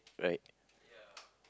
right